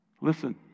Listen